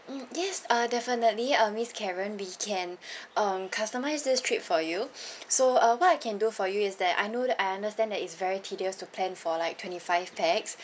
mm yes uh definitely um miss karen we can um customise this trip for you so uh what I can do for you is that I know that I understand that it's very tedious to plan for like twenty five pax